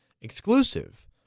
exclusive